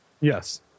Yes